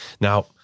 Now